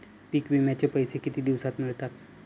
पीक विम्याचे पैसे किती दिवसात मिळतात?